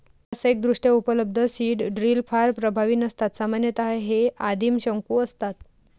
व्यावसायिकदृष्ट्या उपलब्ध seed drill फार प्रभावी नसतात सामान्यतः हे आदिम शंकू असतात